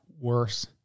worse